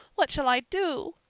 what shall i do?